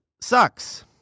sucks